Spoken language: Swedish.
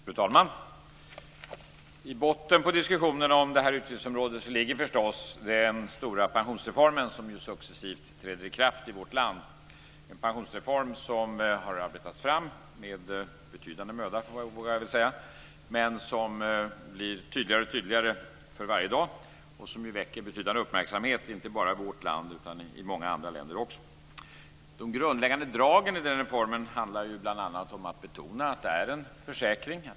Fru talman! I botten på diskussionen om detta utgiftsområde ligger förstås den stora pensionsreform som successivt träder i kraft i vårt land. Det är en pensionsreform som har arbetats fram med betydande möda, vågar jag säga, men som blir tydligare och tydligare för varje dag och som väcker betydande uppmärksamhet inte bara i vårt land utan också i många andra länder. De grundläggande dragen i reformen handlar bl.a. om att betona att det är en försäkring.